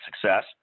success